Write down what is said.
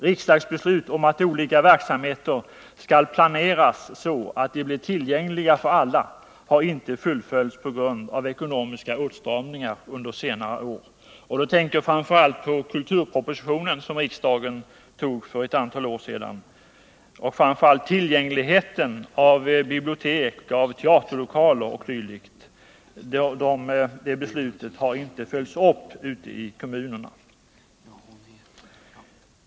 Riksdagsbeslut om att olika verksamheter skall planeras så, att de blir tillgängliga för alla, har inte fullföljts på grund av ekonomiska åtstramningar under senare år. Jag tänker då på kulturpropositionen som riksdagen antog för ett antal år sedan och framför allt på tillgängligheten av bibliotek, teaterlokaler o. d. Beslutet har inte följts upp ute i kommunerna.